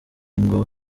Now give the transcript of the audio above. ngo